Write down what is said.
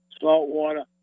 saltwater